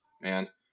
man